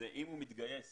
שאם הוא מתגייס